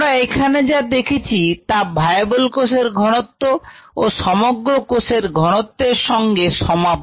আমরা এখানে যা দেখছি তা ভায়াবল কোষের ঘনত্ব ও সমগ্র কোষের ঘনত্বের সঙ্গে overlap